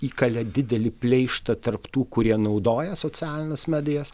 įkalė didelį pleištą tarp tų kurie naudoja socialines medijas